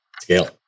Scale